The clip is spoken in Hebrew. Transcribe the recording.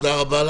תודה רבה.